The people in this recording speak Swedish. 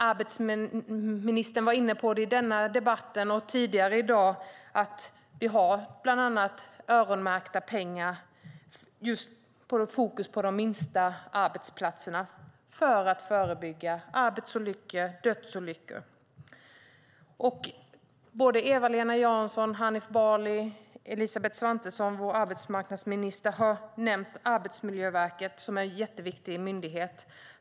Arbetsmarknadsministern sade i denna debatt och tidigare i dag att vi har öronmärkta pengar med fokus på de minsta arbetsplatserna för att förebygga arbetsolyckor, dödsolyckor. Såväl Eva-Lena Jansson som Hanif Bali och Elisabeth Svantesson, vår arbetsmarknadsminister, har nämnt Arbetsmiljöverket som en jätteviktig myndighet.